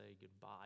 goodbye